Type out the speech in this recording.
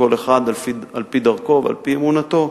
כל אחד על-פי דרכו ועל-פי אמונתו,